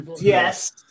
yes